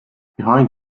behind